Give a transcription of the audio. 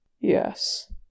Yes